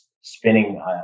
spinning